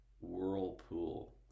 Whirlpool